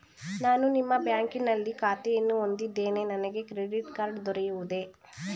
ನಾನು ನಿಮ್ಮ ಬ್ಯಾಂಕಿನಲ್ಲಿ ಖಾತೆಯನ್ನು ಹೊಂದಿದ್ದೇನೆ ನನಗೆ ಕ್ರೆಡಿಟ್ ಕಾರ್ಡ್ ದೊರೆಯುವುದೇ?